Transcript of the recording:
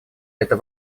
эта